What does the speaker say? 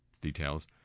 details